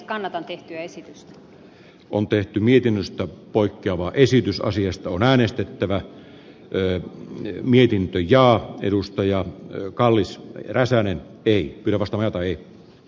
kannatan tehtyä esitystä on tehty mietinnöstä poikkeava esitys asiasta on äänestettävä eu mietintö ja edustaja kallis räsänen ei pidä vastata i